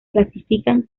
clasifican